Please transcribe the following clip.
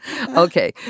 Okay